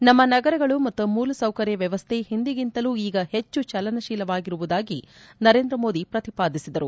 ನಮ್ಮ ನಗರಗಳು ಮತ್ತು ಮೂಲಸೌಕರ್ಯ ವ್ಯವಸ್ಥೆ ಹಿಂದಿಗಿಂತಲೂ ಈಗ ಹೆಚ್ಚು ಚಲನಶೀಲವಾಗಿರುವುದಾಗಿ ನರೇಂದ್ರ ಮೋದಿ ಪ್ರತಿಪಾದಿಸಿದರು